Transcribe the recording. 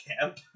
camp